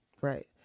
Right